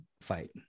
fight